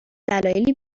دلایلی